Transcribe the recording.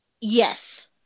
Yes